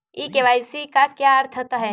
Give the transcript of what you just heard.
ई KYC का क्या अर्थ होता है?